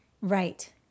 Right